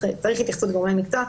וצריכה להיות התייחסות גורמי המקצוע.